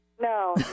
No